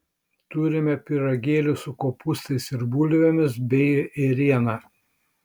turime pyragėlių su kopūstais ir bulvėmis bei ėriena